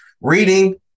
reading